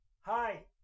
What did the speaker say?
Hi